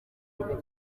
kuri